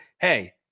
hey